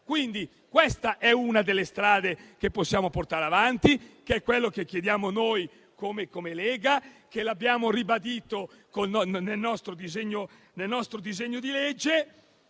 quindi, è una delle strade che possiamo intraprendere ed è quello che chiediamo noi come Lega, che abbiamo ribadito nel nostro disegno di legge,